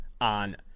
on